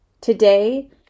Today